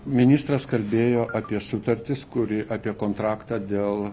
ministras kalbėjo apie sutartis kuri apie kontraktą dėl